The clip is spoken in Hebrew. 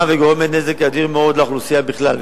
וגורמת נזק אדיר מאוד לאוכלוסייה בכלל.